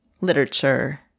literature